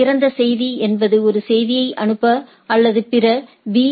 எனவே திறந்த செய்தி என்பது ஒரு செய்தியை அனுப்ப அல்லது பிற பி